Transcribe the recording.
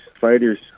fighters